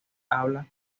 habla